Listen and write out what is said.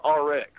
Rx